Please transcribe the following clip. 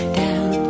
down